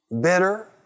bitter